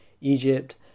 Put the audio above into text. Egypt